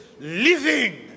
living